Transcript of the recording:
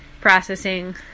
processing